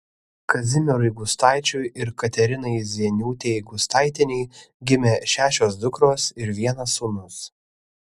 kazimierui gustaičiui ir katerinai zieniūtei gustaitienei gimė šešios dukros ir vienas sūnus